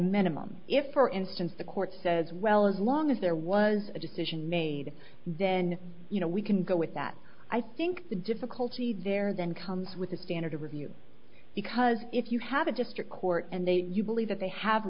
minimum if for instance the court says well as long as there was a decision made then you know we can go with that i think the difficulty there then comes with a standard review because if you have a district court and they you believe that they have